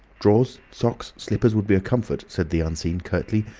drawers, socks, slippers would be a comfort, said the unseen, curtly.